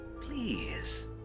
please